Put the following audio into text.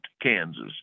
Kansas